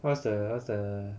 what's the what's the